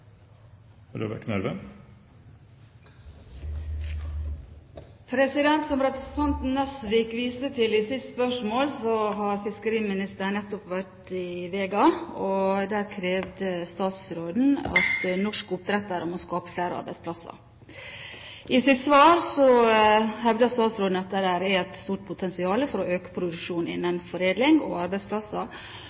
Som representanten Nesvik viste til i sitt spørsmål, har fiskeriministeren nettopp vært på Vega. Der krevde statsråden at norske oppdrettere må skape flere arbeidsplasser. I sitt svar hevdet statsråden at det er et stort potensial for å øke produksjonen innen foredling og dermed antallet arbeidsplasser,